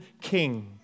King